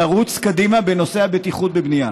לרוץ קדימה בנושא הבטיחות בבנייה,